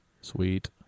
Sweet